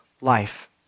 life